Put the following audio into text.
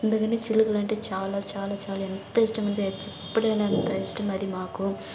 అందుకని చిలుకలు అంటే చాలా చాలా చాలా ఎంత ఇష్టమంటే చెప్పలేనంత ఇష్టం అది మాకు